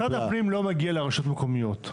משרד הפנים לא מגיע לרשויות המקומיות,